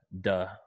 Duh